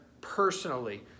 personally